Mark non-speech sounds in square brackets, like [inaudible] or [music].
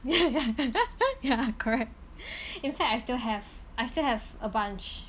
ya ya ya correct [laughs] in fact I still have I still have a bunch